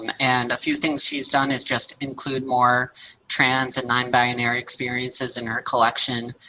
and and a few things she has done is just include more trans and non-binary experiences in her collection,